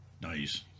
Nice